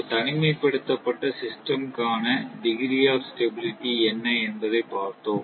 ஒரு தனிமைப்படுத்தப்பட்ட சிஸ்டம் க்கான டிகிரி ஆப் ஸ்டெபிளிட்டி என்ன என்பதை பார்த்தோம்